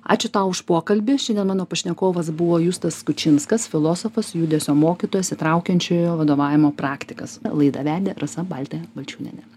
ačiū tau už pokalbį šiandien mano pašnekovas buvo justas kučinskas filosofas judesio mokytojas įtraukiančiojo vadovavimo praktikas laidą vedė rasa baltė balčiūnienė